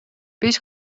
биз